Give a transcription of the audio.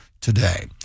today